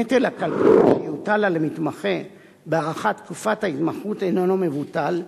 הנטל הכלכלי שיוטל על המתמחה בהארכת תקופת ההתמחות איננו מבוטל,